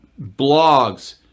blogs